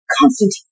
Constantine